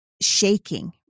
shaking